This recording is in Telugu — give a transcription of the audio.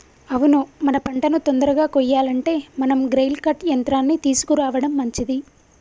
అవును మన పంటను తొందరగా కొయ్యాలంటే మనం గ్రెయిల్ కర్ట్ యంత్రాన్ని తీసుకురావడం మంచిది